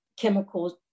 chemicals